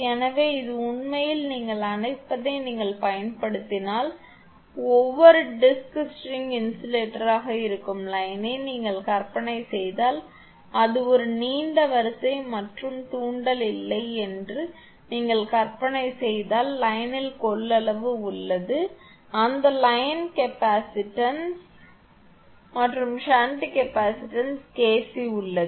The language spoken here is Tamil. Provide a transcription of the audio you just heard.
எனவே இது உண்மையில் நீங்கள் அழைப்பதை நீங்கள் பயன்படுத்தினால் அதாவது ஒவ்வொரு டிஸ்க் ஸ்ட்ரிங் இன்சுலேட்டராக இருக்கும் லைனை நீங்கள் கற்பனை செய்தால் அது ஒரு நீண்ட வரிசை மற்றும் தூண்டல் இல்லை என்று நீங்கள் கற்பனை செய்தால் ஆனால் லைனில் கொள்ளளவு உள்ளது அந்த லைன் கெப்பாசிட்டன்ஸ் மற்றும் ஷன்ட் கெப்பாசிட்டன்ஸ் KC உள்ளது